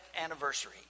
anniversary